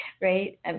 right